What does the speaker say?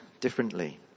differently